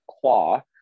Claw